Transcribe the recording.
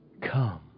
Come